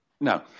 No